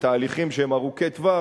ותהליכים שהם ארוכי טווח,